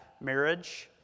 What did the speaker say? marriage